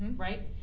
right?